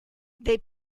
they